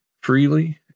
freely